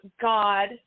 God